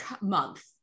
month